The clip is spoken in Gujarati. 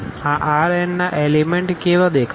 આ R n ના એલીમેન્ટ કેવા દેખાય છે